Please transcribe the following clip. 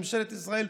ממשלת ישראל,